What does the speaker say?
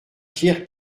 pierre